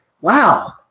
wow